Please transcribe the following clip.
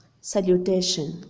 salutation